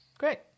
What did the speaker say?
great